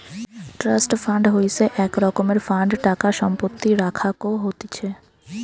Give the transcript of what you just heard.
trust fund হইসে এক রকমের ফান্ড টাকা সম্পত্তি রাখাক হতিছে